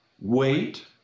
wait